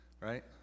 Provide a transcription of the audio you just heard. Right